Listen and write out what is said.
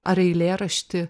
ar eilėraštį